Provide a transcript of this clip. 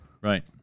right